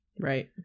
Right